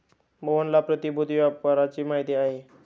मोहनला प्रतिभूति व्यापाराची माहिती आहे